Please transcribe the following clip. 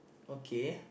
okay